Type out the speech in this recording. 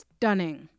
Stunning